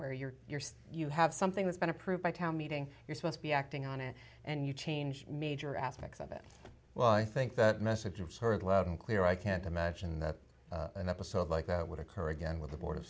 where you're you have something that's been approved by town meeting you're supposed to be acting on it and you change major aspects of it well i think that message of heard loud and clear i can't imagine that an episode like that would occur again with the board